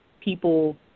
people